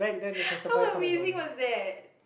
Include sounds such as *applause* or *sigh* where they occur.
*breath* how amazing was that